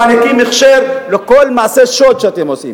אתם מעניקים הכשר לכל מעשה שוד שאתם עושים.